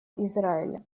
израиля